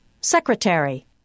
Secretary